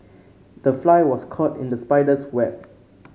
the fly was caught in the spider's web